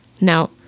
Now